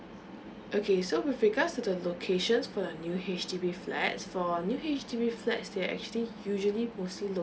okay so with regards to the locations for a new H_D_B flat for new H_D_B flat they are actually usually posting